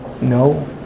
no